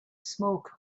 smoke